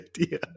idea